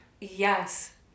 Yes